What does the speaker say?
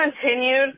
continued